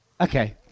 Okay